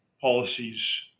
policies